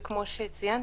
וכמו שציינתם,